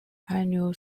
annual